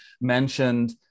mentioned